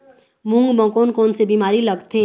मूंग म कोन कोन से बीमारी लगथे?